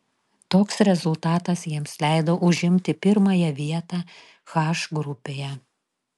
toks rezultatas jiems leido užimti pirmąją vietą h grupėje